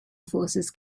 forces